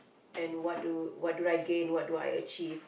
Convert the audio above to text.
and what do what do I gain what do I achieve